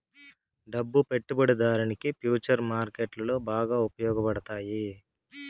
డబ్బు పెట్టుబడిదారునికి ఫుచర్స్ మార్కెట్లో బాగా ఉపయోగపడతాయి